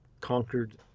conquered